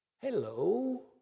Hello